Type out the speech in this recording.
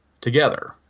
together